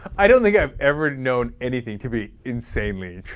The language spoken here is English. i don't think i've ever known anything to be insanely